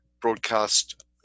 broadcast